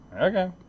Okay